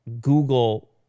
Google